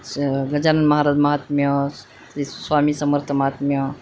स् गजानन महाराज महात्म्य ते स्वामी समर्थ महात्म्य